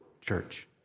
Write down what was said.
church